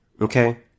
okay